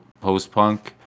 post-punk